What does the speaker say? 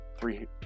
three